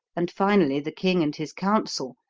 and finally the king and his council,